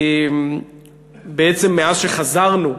בעצם מאז שחזרנו,